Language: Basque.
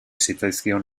zitzaizkion